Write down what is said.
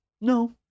no